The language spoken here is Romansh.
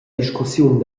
discussiun